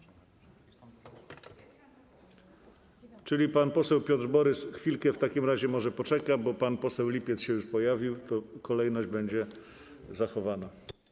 Czyli pan Piotr Borys chwilkę w takim razie może poczeka, bo pan poseł Lipiec już się pojawił, to kolejność będzie zachowana.